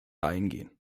eingehen